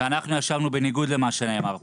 בניגוד למה שנאמר כאן,